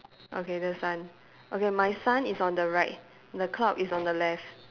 okay the sun okay my sun is on the right the cloud is on the left